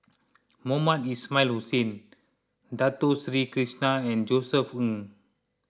Mohamed Ismail Hussain Dato Sri Krishna and Josef Ng